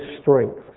strength